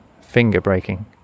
finger-breaking